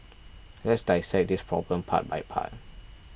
let's dissect this problem part by part